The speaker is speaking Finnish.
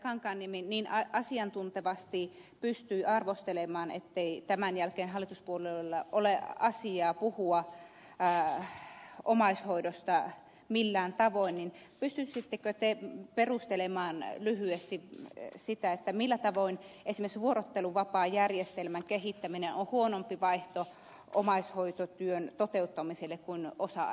kankaanniemi niin asiantuntevasti pystyi arvostelemaan ettei tämän jälkeen hallituspuolueilla ole asiaa puhua omaishoidosta millään tavoin niin pystyisittekö te perustelemaan lyhyesti sitä millä tavoin esimerkiksi vuorotteluvapaajärjestelmän kehittäminen on huonompi vaihtoehto omaishoitotyön toteuttamiselle kuin osa aikaeläke